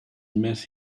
met